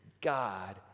God